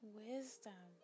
wisdom